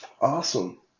Awesome